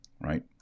Right